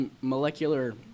molecular